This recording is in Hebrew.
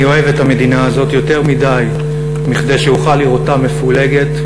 אני אוהב את המדינה הזאת יותר מכדי שאוכל לראותה מפולגת,